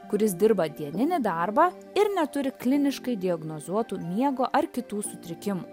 kuris dirba dieninį darbą ir neturi kliniškai diagnozuotų miego ar kitų sutrikimų